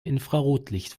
infrarotlicht